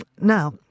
Now